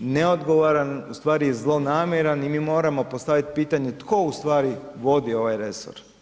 neodgovoran, ustvari zlonamjeran i mi moram postaviti pitanje tko ustvari vodi ovaj resor.